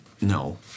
No